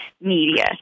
media